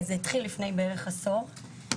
לפני כעשור.